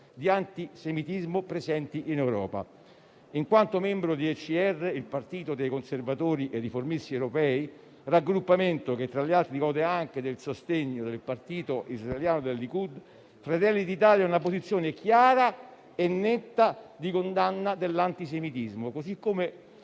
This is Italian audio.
di antisemitismo presenti in Europa. In quanto membro del Partito dei conservatori e riformisti europei (ECR) - raggruppamento che tra gli altri gode anche del sostegno del partito israeliano del Likud - Fratelli d'Italia ha una posizione chiara e netta di condanna dell'antisemitismo, così come